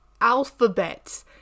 alphabet